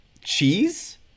cheese